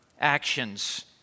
actions